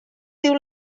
diu